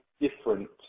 different